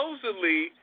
supposedly